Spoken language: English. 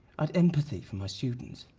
ah empathy for my students.